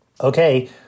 okay